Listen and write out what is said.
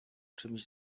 czymś